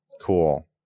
Cool